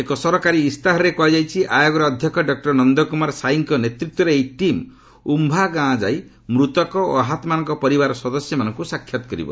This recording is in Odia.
ଏକ ସରକାରୀ ଅଇସ୍ତାହାରରେ କୁହାଯାଇଛି ଆୟୋଗର ଅଧ୍ୟକ୍ଷ ଡକୁର ନନ୍ଦକୁମାର ସାଇଙ୍କ ନେତୃତ୍ୱରେ ଏହି ଟିମ୍ ଉୟା ଗାଁ ଯାଇ ମୃତକ ଓ ଆହତମାନଙ୍କ ପରିବାର ସଦସ୍ୟମାନଙ୍କୁ ସାକ୍ଷାତ୍ କରିବ